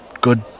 good